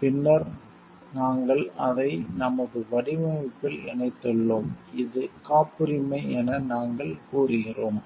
பின்னர் நாங்கள் அதை நமது வடிவமைப்பில் இணைத்துள்ளோம் இது காப்புரிமை என நாங்கள் கூறுகிறோம்